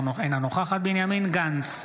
אינה נוכחת בנימין גנץ,